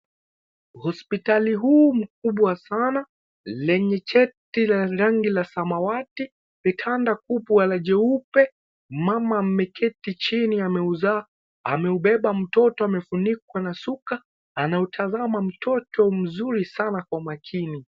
Hospitali huu mkubwa sana lenye cheti la rangi la samawati kitanda kubwa la jeupe mama ameketi chini aemuza ameubeba mtoto amefunikwa na suka anautazama mtoto mzuri sana kwa umakini.